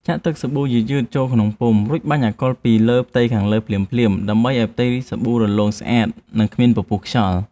ចាក់ទឹកសាប៊ូយឺតៗចូលក្នុងពុម្ព រួចបាញ់អាកុលពីលើផ្ទៃខាងលើភ្លាមៗដើម្បីឱ្យផ្ទៃសាប៊ូរលោងស្អាត និងគ្មានពពុះខ្យល់។